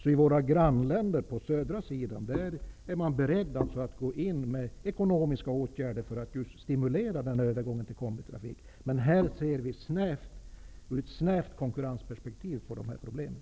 I våra grannländer söderöver är man alltså beredd att vidta ekonomiska åtgärder just för att stimulera övergången till kombitrafik. Men här ser vi i ett snävt konkurrensperspektiv på de här problemen.